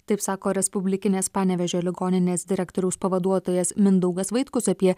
taip sako respublikinės panevėžio ligoninės direktoriaus pavaduotojas mindaugas vaitkus apie